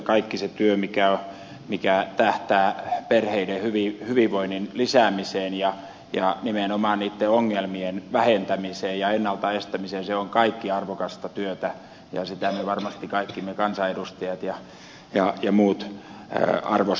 kaikki se työ mikä tähtää perheiden hyvinvoinnin lisäämiseen ja nimenomaan niitten ongelmien vähentämiseen ja ennalta estämiseen on kaikki arvokasta työtä ja sitä varmasti me kaikki kansanedustajat ja muut arvostamme